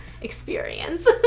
experience